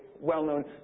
well-known